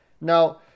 Now